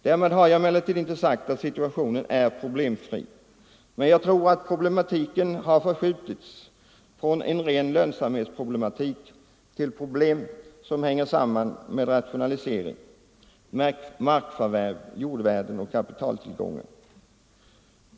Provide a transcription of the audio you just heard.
Därmed har jag emellertid inte sågt att situationen är problemfri, men problematiken har förskjutits från ren lönsamhetsproblematik till problem som hänger samman med rationalisering, markförvärv, jordvärden och kapitaltillgångar.